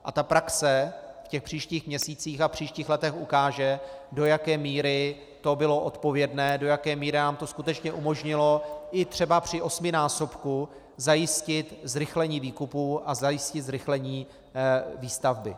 A praxe v příštích měsících a letech ukáže, do jaké míry to bylo odpovědné, do jaké míry nám to skutečně umožnilo i třeba při osminásobku zajistit zrychlení výkupů a zajistit zrychlení výstavby.